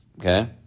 okay